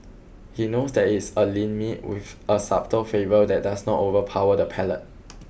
he knows that it is a lean meat with a subtle favour that does not overpower the palate